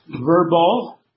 verbal